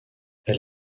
elle